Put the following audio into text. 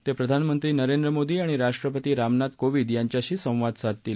ते प्रधामंत्री नरेंद्र मोदी आणि राष्ट्रपती रामनाथ कोविंद यांच्याशी संवाद साधतील